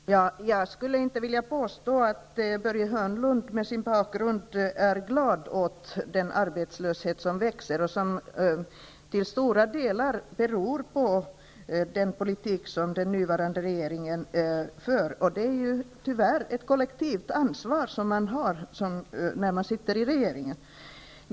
Herr talman! Jag skulle inte vilja påstå att Börje Hörnlund med sin bakgrund är glad åt den arbetslöshet som växer och som till stora delar beror på den politik som den nuvarande regeringen för. Tyvärr har man ett kollektivt ansvar i regeringen.